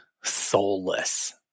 soulless